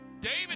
David